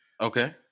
Okay